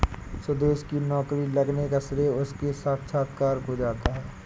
सुदेश की नौकरी लगने का श्रेय उसके साक्षात्कार को जाता है